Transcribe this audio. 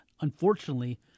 unfortunately